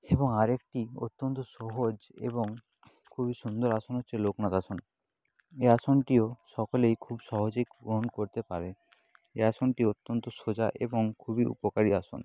এবং আরেকটি অত্যন্ত সহজ এবং খুবই সুন্দর আসন হচ্ছে লোকনাথ আসন এই আসনটিও সকলেই খুব সহজেই গ্রহণ করতে পারে এই আসনটি অত্যন্ত সোজা এবং খুবই উপকারী আসন